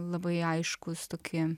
labai aiškūs tokie